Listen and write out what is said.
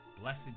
Blessed